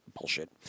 bullshit